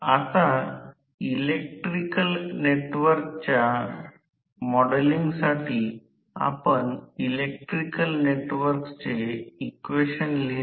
आणि हे 3 phase terminals वर मार्ग 3 फेज पाहिले आहे A B C तिथे 3 फेज टर्मिनल साथिंग आहे